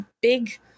big